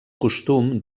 costum